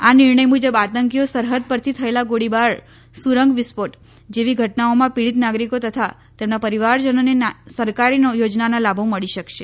આ નિર્ણય મુજબ આતંકીઓ સરહદ પરથી થયેલા ગોળીબાર સુરંગ વિસ્ફોટ જેવી ઘટનાઓમાં પીડીત નાગરીકો તથા તેમના પરીવારજનોને સરકારી યોજનાના લાભો મળી શકશે